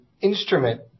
instrument